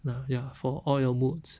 ah ya for all your moods